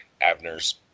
Abner's